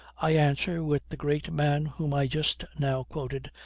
i answer, with the great man whom i just now quoted,